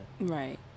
Right